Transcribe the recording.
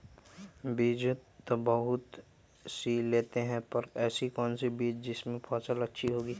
बीज तो बहुत सी लेते हैं पर ऐसी कौन सी बिज जिससे फसल अच्छी होगी?